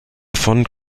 von